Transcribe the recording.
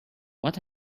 what